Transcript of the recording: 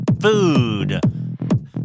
food